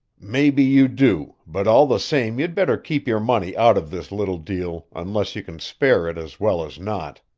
maybe you do, but all the same you'd better keep your money out of this little deal unless you can spare it as well as not.